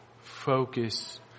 focus